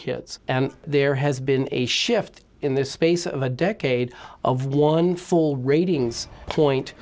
kids and there has been a shift in the space of a decade of one full ratings point